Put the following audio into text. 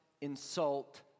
insult